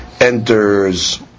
enters